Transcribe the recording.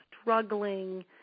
struggling